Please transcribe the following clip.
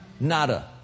nada